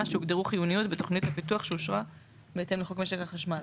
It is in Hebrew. שהוגדרו חיוניות בתוכנית לפיתוח שאושרה בהתאם לחוק משק החשמל.